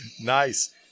Nice